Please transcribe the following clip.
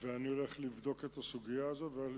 ואני הולך לבדוק את הסוגיה הזאת והולך